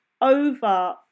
over